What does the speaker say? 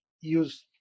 use